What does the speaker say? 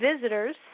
visitors